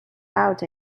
out